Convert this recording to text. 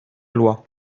loi